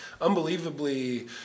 unbelievably